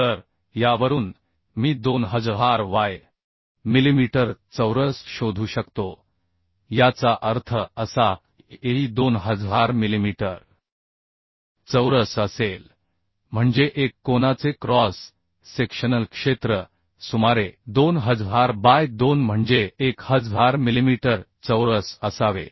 तर यावरून मी 2000 मिलिमीटर चौरस शोधू शकतो याचा अर्थ असा की Ae 2000 मिलिमीटर चौरस असेल म्हणजे एक कोनाचे क्रॉस सेक्शनल क्षेत्र सुमारे 2000 बाय 2 म्हणजे 1000 मिलिमीटर चौरस असावे